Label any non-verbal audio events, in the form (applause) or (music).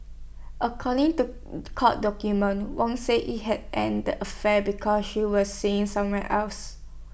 according to (noise) court documents Wong said he had ended the affair because she was seeing somewhere else